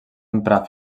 emprar